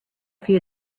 few